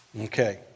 Okay